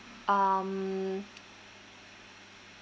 um